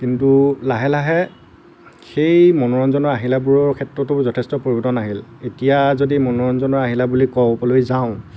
কিন্তু লাহে লাহে সেই মনোৰঞ্জনৰ আহিলাবোৰৰ ক্ষেত্ৰতো যথেষ্ট পৰিৱৰ্তন আহিল এতিয়া যদি মনোৰঞ্জনৰ আহিলা বুলি ক'বলৈ যাওঁ